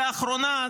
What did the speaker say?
לאחרונה,